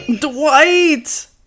dwight